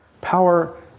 power